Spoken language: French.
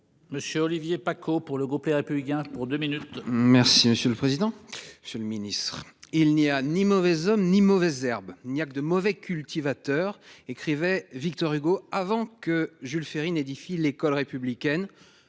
Monsieur Olivier Paccaud pour le groupe Les Républicains pour 2 minutes. Merci monsieur le président. Monsieur le Ministre. Il n'y a ni mauvaises homme ni mauvaises herbes, il n'y a que de mauvais cultivateur, écrivait Victor Hugo, avant que Jules Ferry n'édifie l'école républicaine